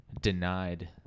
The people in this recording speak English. denied